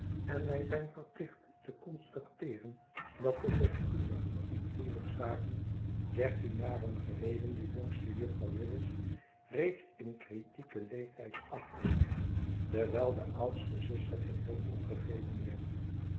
en wij zijn verplicht te constat eeren dat de deskundigen in huwelijkszaken dertien jaren geleden de jongste juffrouw willis reeds in critieken leeftijd achtten terwijl de oudstezuster geheel opgegeven werd